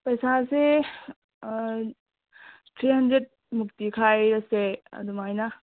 ꯄꯩꯁꯥꯁꯤ ꯊ꯭ꯔꯤ ꯍꯟꯗ꯭ꯔꯦꯗꯃꯨꯛꯇꯤ ꯈꯥꯏꯔꯁꯦ ꯑꯗꯨꯃꯥꯏꯅ